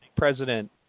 president